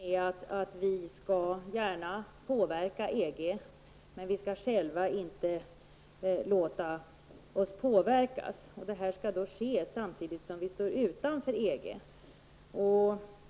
Herr talman! Jag vill bara markera att kontentan i Elisabet Franzéns synpunkter på EG var att vi gärna kan påverka EG men att vi själva inte skall låta oss påverkas. Detta skall ske samtidigt som vi står utanför EG.